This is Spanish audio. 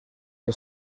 que